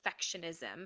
perfectionism